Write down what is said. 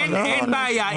אין בעיה.